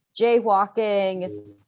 jaywalking